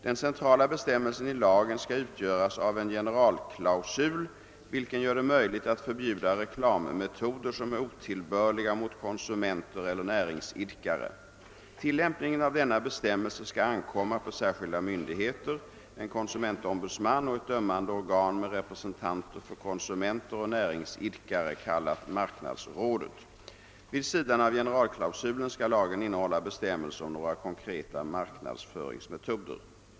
Den centrala bestämmelsen i lagen skall utgöras av en generalklausul, vilken gör det möjligt att förbjuda reklammetoder som är otillbörliga mot konsumenter eller näringsidkare. Tillämpningen av denna bestämmelse skall ankomma på särskilda myndigheter, en konsumentombudsman och ett dömande organ med representanter för konsumenter och näringsidkare, kallat marknadsrådet. Vid sidan av generalklausulen skall lagen innehålla bestämmelser om några konkreta marknadsföringsmetoder.